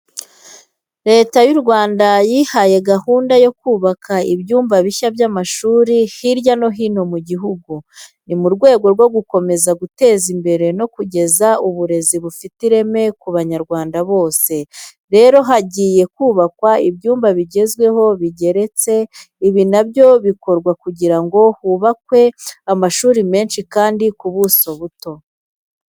Leta y'u Rwanda yihaye gahunda yo kubaka ibyumba bishya by'amashuri hirya no hino mu gihugu, ni mu rwego rwo gukomeza guteza imbere no kugeza uburezi bufite ireme ku Banyarwanda bose. Rero hagiye hubakwa ibyumba bigezweho bigeretse, ibi na byo bikorwa kugira ngo hubakwe amashuri menshi kandi ku buso buto.